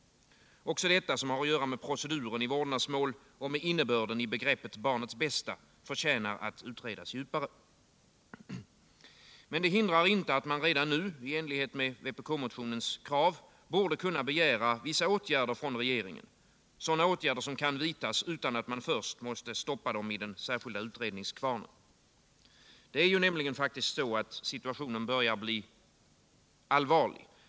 Också detta, som har att göra med proceduren i vårdnadsmål och med innebörden i begreppet ”barnets bästa”, förtjänar att utredas djupare. Men detta hindrar inte att man redan nu, i enlighet med vpk-motionens krav, borde kunna begära åtgärder från regeringen, åtgärder som kan vidtas utan att man först måste stoppa dem i den särskilda utredningskvarnen. Det är faktiskt så att situationen börjar bli allvarlig.